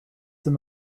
them